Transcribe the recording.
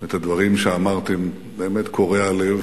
ואת הדברים שאמרתם, באמת קורעי הלב